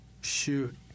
shoot